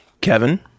Kevin